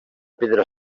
pedra